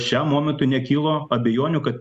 šiam momentui nekilo abejonių kad